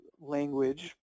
language